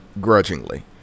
grudgingly